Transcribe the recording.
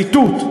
זה ציטוט.